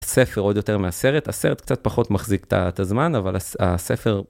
ספר עוד יותר מהסרט הסרט קצת פחות מחזיק את הזמן אבל הספר.